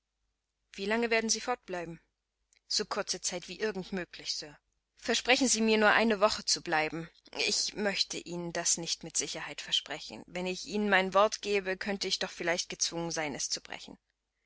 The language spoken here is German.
wie lange werden sie fortbleiben so kurze zeit wie irgend möglich sir versprechen sie mir nur eine woche zu bleiben ich möchte ihnen das nicht mit sicherheit versprechen wenn ich ihnen mein wort gäbe könnte ich doch vielleicht gezwungen sein es zu brechen